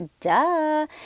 duh